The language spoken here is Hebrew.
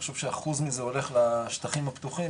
אתה חושב שאחוז מזה הולך לשטחים הפתוחים,